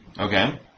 okay